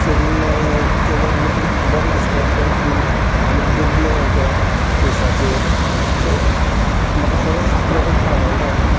shaving केलें म्हणटकच बरें दिसता एकदम फील आनी तुजो ग्लो येता फेसाचेर सो म्हाका खरोच प्रोडक्ट आवडलो हो